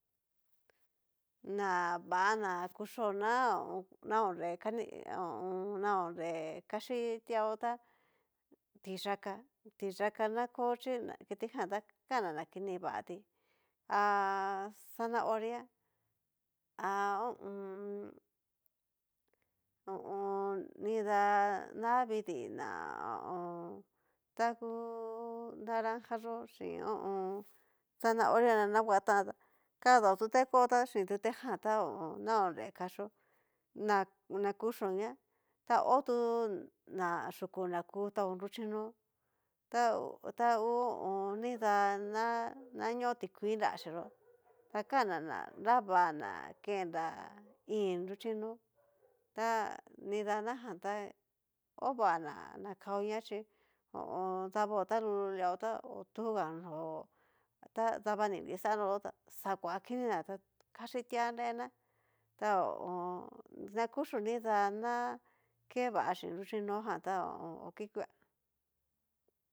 Na va na kuxhio na nakonre kani ho o on. nahonre kaxhí tiaó tá, tiyaka tiyaka na kaó xhí kan na na kini vatí, ha zanahoria há ho o on. hu o on. nida navidii na ho o on. ta ngu naranja yó xhin ho o on. zanahoria na nanguatán tá, kadao tute kó ta xhin tutejan tá ha a an na honre kaxió, na na kuchio ñá ta otú yúku na ku taó nruchinó ta hu ho o on. nidá na naño tikuii nraxhiyó, ta kan'na na nrava na kenrá ín nruxhinó, ta nida najan ta ova na kaoña chí ho o on. davó ta lulu liaó tá hotuga nó'o ta dava ni nrixanó yó ta xakuaniná ta kaxhitia nrená ta ho o on. na kuchió nida na ke va xhin nruxhi nó'o jan tá oki kuea.